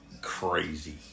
crazy